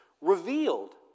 revealed